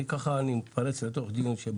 אני מתפרץ לאמצע דיון.